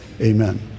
Amen